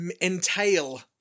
entail